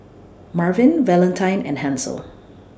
Marvin Valentine and Hansel